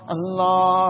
Allah